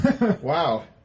Wow